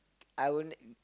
I won't